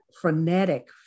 frenetic